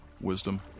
wisdom